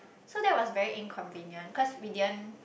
so that was very inconvenient cause we didn't